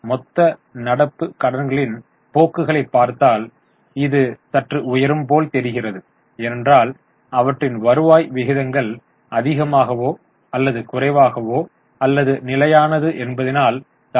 மொத்த நடப்புக் கடன்களின் போக்குகளைப் பார்த்தால் இது சற்று உயரும் போல் தெரிகிறது ஏனென்றால் அவற்றின் வருவாய் விகிதங்கள் அதிகமாகவோ அல்லது குறைவாகவோ அல்லது நிலையானது என்பதினால் தான்